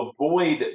avoid